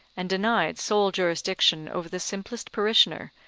and denied sole jurisdiction over the simplest parishioner,